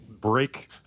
break